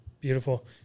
Beautiful